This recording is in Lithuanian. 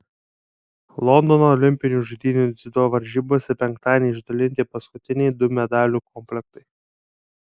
londono olimpinių žaidynių dziudo varžybose penktadienį išdalinti paskutiniai du medalių komplektai